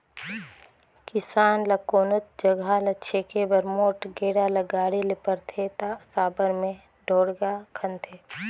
किसान ल कोनोच जगहा ल छेके बर मोट गेड़ा ल गाड़े ले परथे ता साबर मे ढोड़गा खनथे